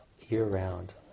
year-round